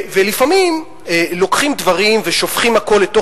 ולפעמים לוקחים דברים ושופכים הכול לתוך